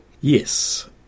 Yes